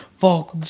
fuck